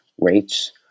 rates